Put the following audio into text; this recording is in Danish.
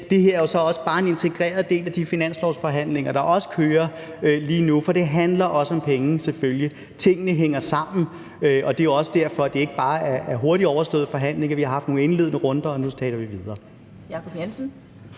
Det her er så også bare en integreret del af de finanslovsforhandlinger, der også kører lige nu, for det handler selvfølgelig også om penge. Tingene hænger sammen, og det er også derfor, forhandlingerne ikke bare er hurtigt overstået. Vi har haft nogle indledende runder, og nu taler vi videre.